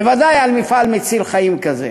בוודאי של מפעל מציל חיים כזה.